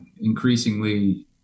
increasingly